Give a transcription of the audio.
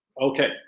Okay